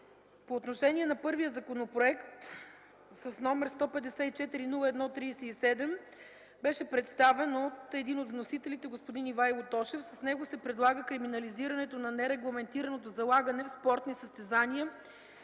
По отношение на първия законопроект, № 154-01-37, беше представен от един от вносителите господин Ивайло Тошев. С него се предлага криминализирането на нерегламентираното залагане в спортни състезания